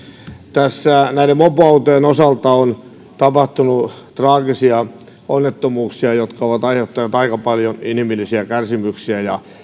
tässä näiden mopoautojen osalta on tapahtunut traagisia onnettomuuksia jotka ovat aiheuttaneet aika paljon inhimillisiä kärsimyksiä ja